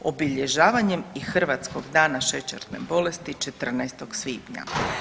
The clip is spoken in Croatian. Obilježavanjem i hrvatskog dana šećerne bolesti 14. svibnja.